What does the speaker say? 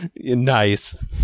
Nice